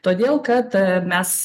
todėl kad mes